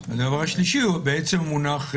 והדבר השלישי הוא בעצם המונח "חיוניות".